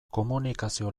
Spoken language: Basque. komunikazio